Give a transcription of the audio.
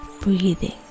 breathing